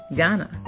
Ghana